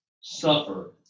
suffer